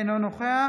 אינו נוכח